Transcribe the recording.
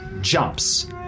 jumps